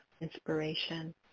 inspiration